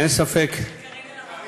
וקארין, אין ספק, ושל קארין אלהרר.